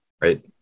right